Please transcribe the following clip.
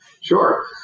Sure